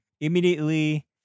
immediately